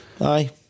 Aye